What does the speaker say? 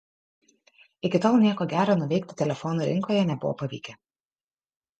iki tol nieko gero nuveikti telefonų rinkoje nebuvo pavykę